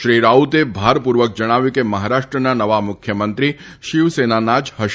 શ્રી રાઉતે ભારપૂર્વક જણાવ્યું હતું કે મહારાષ્ટ્રના નવા મુખ્યમંત્રી શિવસેનાના જ હશે